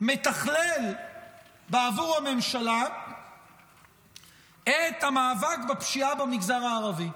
מתכלל בעבור הממשלה את המאבק בפשיעה במגזר הערבי.